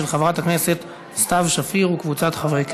של חברת הכנסת סתיו שפיר וקבוצת חברי הכנסת.